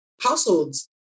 households